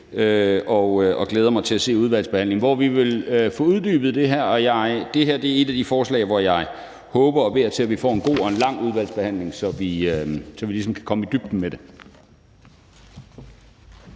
og glæder mig til udvalgsbehandlingen, hvor vi vil få uddybet det her. Det her er et af de forslag, hvor jeg håber og beder til at vi får en god og lang udvalgsbehandling, så vi ligesom kan komme i dybden med det.